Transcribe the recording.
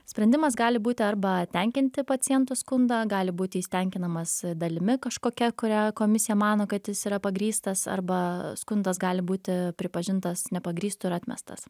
sprendimas gali būti arba tenkinti paciento skundą gali būti jis tenkinamas dalimi kažkokia kurią komisija mano kad jis yra pagrįstas arba skundas gali būti pripažintas nepagrįstu ir atmestas